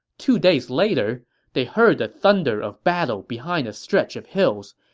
two days later they heard the thunder of battle behind a stretch of hills.